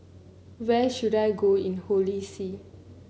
where should I go in Holy See